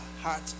heart